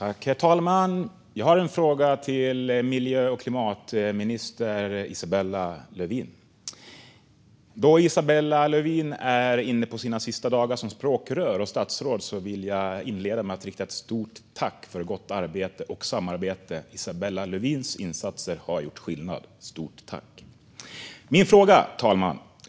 Herr talman! Jag har en fråga till miljö och klimatminister Isabella Lövin. Då hon är inne på sina sista dagar som språkrör och statsråd vill jag inleda med att rikta ett stort tack till henne för gott arbete och samarbete. Isabella Lövins insatser har gjort skillnad. Stort tack! Herr talman! Nu kommer jag till min fråga.